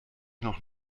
noch